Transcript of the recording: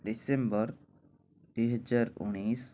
December ଦୁଇ ହଜାର ଉଣେଇଶି